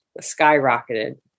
skyrocketed